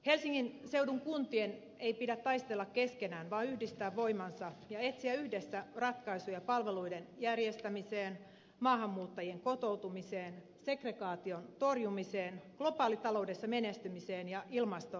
helsingin seudun kuntien ei pidä taistella keskenään vaan yhdistää voimansa ja etsiä yhdessä ratkaisuja palveluiden järjestämiseen maahanmuuttajien kotoutumiseen seg regaation torjumiseen globaalitaloudessa menestymiseen ja ilmastonmuutokseen